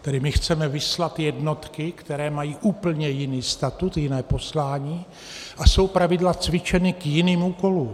Tedy my chceme vyslat jednotky, které mají úplně jiný statut, jiné poslání a jsou zpravidla cvičeny k jiným úkolům.